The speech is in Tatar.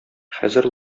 хәзер